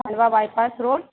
Khandwa bypass road